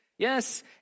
Yes